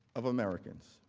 of americans.